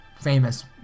famous